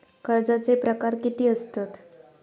कर्जाचे प्रकार कीती असतत?